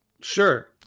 sure